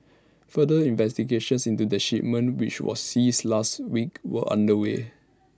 further investigations into the shipment which was seized last week were underway